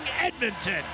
Edmonton